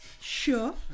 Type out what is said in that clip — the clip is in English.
sure